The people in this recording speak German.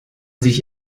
sich